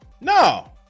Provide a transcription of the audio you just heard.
No